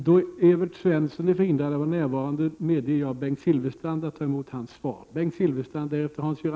Då Evert Svensson är förhindrad att närvara, medger jag att Bengt Silfverstrand tar emot hans svar.